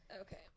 okay